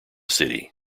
city